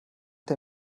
der